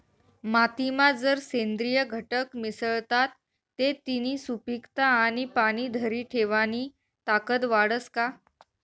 मातीमा जर सेंद्रिय घटक मिसळतात ते तिनी सुपीकता आणि पाणी धरी ठेवानी ताकद वाढस का?